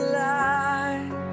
light